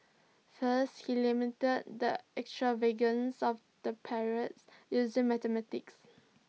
first he lamented the extravagance of the parades using mathematics